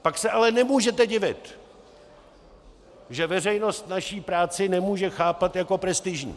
Pak se ale nemůžete divit, že veřejnost naši práci nemůže chápat jako prestižní.